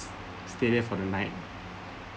stay there for the night